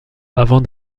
avant